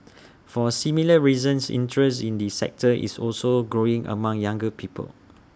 for similar reasons interest in the sector is also growing among younger people